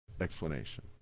explanation